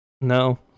No